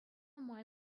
май